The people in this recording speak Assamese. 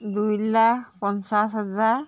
দুই লাখ পঞ্চাছ হাজাৰ